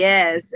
Yes